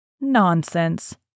Nonsense